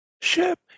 Ship